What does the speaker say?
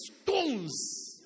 stones